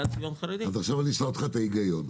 עכשיו אשאל אותך על ההיגיון.